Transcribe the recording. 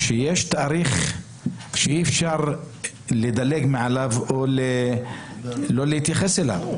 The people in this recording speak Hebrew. יש תאריך שאי-אפשר לדלג מעליו או לא להתייחס אליו,